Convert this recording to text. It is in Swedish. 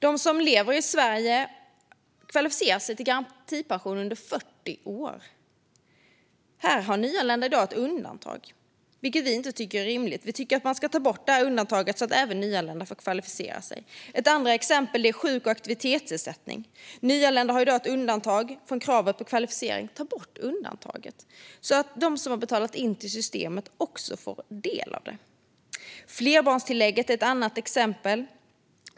De som lever i Sverige kvalificerar sig till garantipensionen under 40 år. Här har nyanlända i dag ett undantag, vilket vi inte tycker är rimligt. Vi tycker att man ska ta bort undantaget så att även nyanlända behöver kvalificera sig. Ett annat exempel är sjuk och aktivitetsersättningen. Nyanlända har i dag ett undantag från kravet på kvalificering. Ta bort undantaget! De som har betalat in till systemet ska också få del av det. Ett tredje exempel är flerbarnstillägget.